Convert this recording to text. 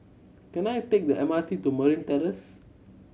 can I take the M R T to Marine Terrace